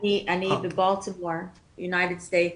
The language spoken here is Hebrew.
אני בבולטימור בארצות הברית.